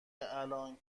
الان